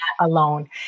Alone